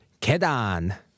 Kedan